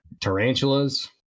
tarantulas